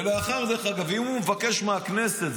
ואם הוא מבקש מהכנסת,